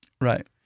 Right